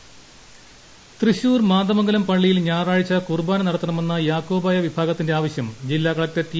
മാന്ദമംഗലം തൃശൂർ മാന്ദമംഗലം പള്ളിയിൽ ഞായറാഴ്ച കൂർബാന നടത്തണമെന്ന യാക്കോബായ വിഭാഗത്തിന്റെ ആവശ്യം ജില്ലാ കളക്ടർ റ്റി